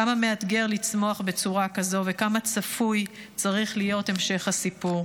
כמה מאתגר לצמוח בצורה כזו וכמה צפוי צריך להיות המשך הסיפור.